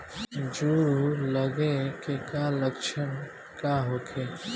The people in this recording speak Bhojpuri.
जूं लगे के का लक्षण का होखे?